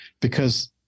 Because-